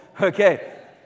Okay